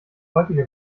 heutige